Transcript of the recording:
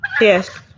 Yes